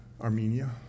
Armenia